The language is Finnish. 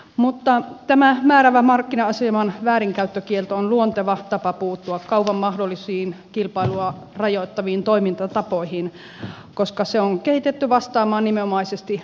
mutta tämän määräävän markkina aseman väärinkäyttökielto on luonteva tapa puuttua kaupan mahdollisiin kilpailua rajoittaviin toimintatapoihin koska se on kehitetty vastaamaan nimenomaisesti markkinavoiman väärinkäyttöön